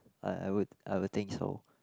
I I would I would think so